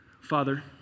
Father